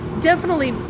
definitely.